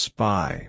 Spy